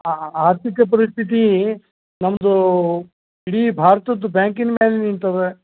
ಆ ಆರ್ಥಿಕ ಪರಿಸ್ಥಿತಿ ನಮ್ಮದು ಇಡೀ ಭಾರತದ ಬ್ಯಾಂಕಿನ ಮೇಲೆ ನಿಂತದ